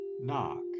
knock